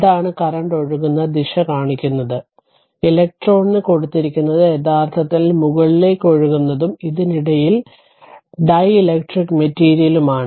ഇതാണ് കറന്റ് ഒഴുകുന്ന ദിശ കാണിക്കുന്നത് ഇലക്ട്രോണിന് കൊടുത്തിരിക്കുന്നത് യഥാർത്ഥത്തിൽ മുകളിലേക്ക് ഒഴുകുന്നതും ഇതിനിടയിൽ ഡീലക്ട്രിക് മെറ്റീരിയലാണ്